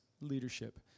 leadership